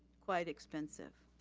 quite expensive.